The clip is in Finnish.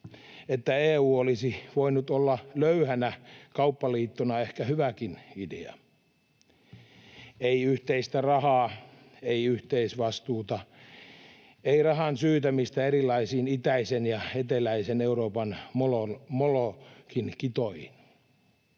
että EU olisi voinut olla löyhänä kauppaliittona ehkä hyväkin idea. Ei yhteistä rahaa, ei yhteisvastuuta, ei rahan syytämistä erilaisiin itäisen ja eteläisen Euroopan Molokin kitoihin.